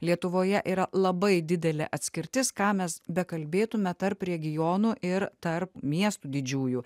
lietuvoje yra labai didelė atskirtis ką mes bekalbėtume tarp regionų ir tarp miestų didžiųjų